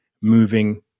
moving